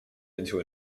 into